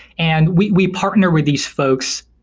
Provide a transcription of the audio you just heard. and we we partner with these folks,